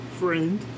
friend